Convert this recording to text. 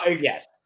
Yes